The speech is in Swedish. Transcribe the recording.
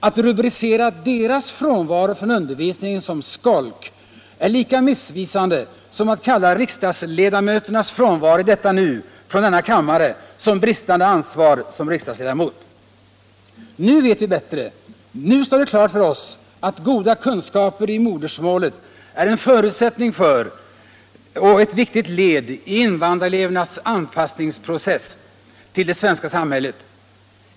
Att rubricera deras frånvaro från undervisningen som skolk är lika missvisande som att kalla riksdagsledamöternas frånvaro i detta nu från denna kammare för bristande ansvar som riksdagsledamot! Nu vet vi bättre — nu står det klart för oss att goda kunskaper i modersmålet är en förutsättning för och ett viktigt led i invandrarelevernas anpassningsprocess till det svenska samhället.